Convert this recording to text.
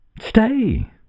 stay